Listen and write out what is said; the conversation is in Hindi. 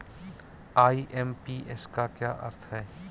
आई.एम.पी.एस का क्या अर्थ है?